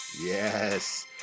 Yes